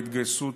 בהתגייסות